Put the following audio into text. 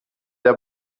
der